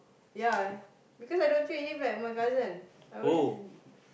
ya because I don't treat him like my cousin I always in